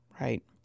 right